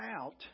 out